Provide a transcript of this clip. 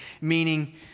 meaning